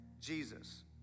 Jesus